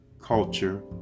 culture